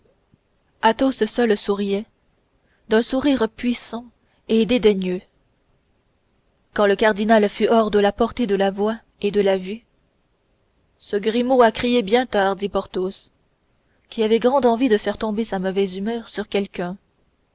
coeur athos seul souriait d'un sourire puissant et dédaigneux quand le cardinal fut hors de la portée de la voix et de la vue ce grimaud a crié bien tard dit porthos qui avait grande envie de faire tomber sa mauvaise humeur sur quelqu'un